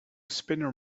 spinner